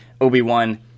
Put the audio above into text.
obi-wan